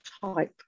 type